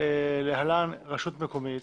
להלן רשות מקומית,